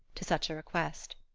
to such a request.